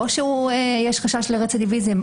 או כשיש חשש לרצידיביזם,